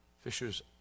fishers